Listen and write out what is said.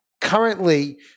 Currently